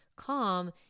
calm